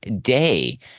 Day